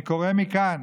אני קורא מכאן: